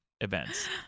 events